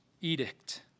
edict